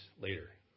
later